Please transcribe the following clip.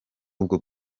ubwo